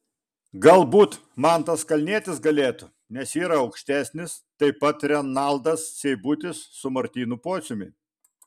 galbūt mantas kalnietis galėtų nes yra aukštesnis taip pat renaldas seibutis su martynu pociumi